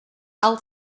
i’ll